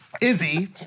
izzy